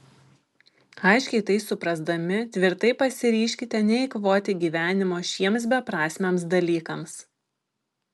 aiškiai tai suprasdami tvirtai pasiryžkite neeikvoti gyvenimo šiems beprasmiams dalykams